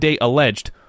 alleged